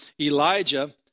Elijah